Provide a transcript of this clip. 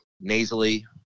nasally